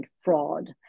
fraud